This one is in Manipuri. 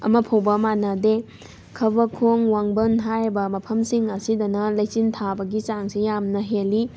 ꯑꯃ ꯐꯥꯎꯕ ꯃꯅꯗꯦ ꯈꯕꯈꯣꯡ ꯋꯥꯡꯕꯟ ꯍꯥꯏꯔꯤꯕ ꯃꯐꯝꯁꯤꯡ ꯑꯁꯤꯗꯅ ꯂꯩꯆꯤꯜ ꯊꯥꯕꯒꯤ ꯆꯥꯡꯁꯦ ꯌꯥꯝꯅ ꯍꯦꯟꯂꯤ